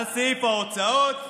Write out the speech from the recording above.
על סעיף ההוצאות,